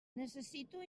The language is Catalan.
necessito